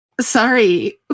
Sorry